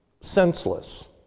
senseless